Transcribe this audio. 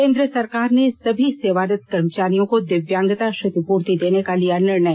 केंद्र सरकार ने सभी सेवारत कर्मचारियों को दिव्यांगता क्षतिपूर्ति देने का लिया निर्णय